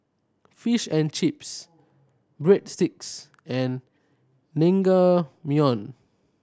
Fish and Chips Breadsticks and